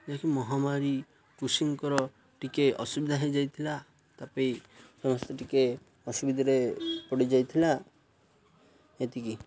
ଯାହା କି ମହାମାରୀ କୃଷିଙ୍କର ଟିକେ ଅସୁବିଧା ହେଇ ଯାଇଥିଲା ତା'ପରେ ସମସ୍ତେ ଟିକେ ଅସୁବିଧାରେ ପଡ଼ିଯାଇଥିଲା ଏତିକି